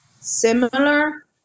similar